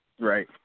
Right